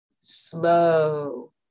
slow